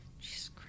Jesus